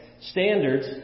standards